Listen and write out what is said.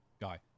guy